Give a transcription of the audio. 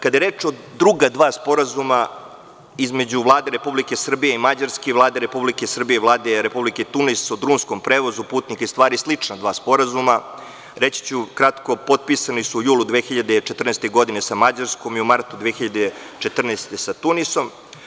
Kada je reč o druga dva sporazuma između Vlade Republike Srbije i Mađarske i Vlade Republike Srbije i Vlade Republike Tunis o drumskom prevozu putnika i stvari, reći ću da su potpisani u julu 2014. godine sa Mađarskom i u martu 2014. godine sa Tunisom.